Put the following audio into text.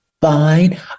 fine